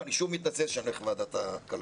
ואני שוב מתנצל שאני הולך לוועדת הכלכלה.